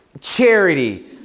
charity